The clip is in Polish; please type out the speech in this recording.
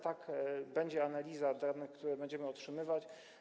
Tak, będzie analiza danych, które będziemy otrzymywać.